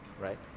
right